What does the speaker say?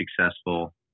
successful